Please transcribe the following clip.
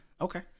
Okay